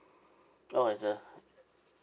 oh it's a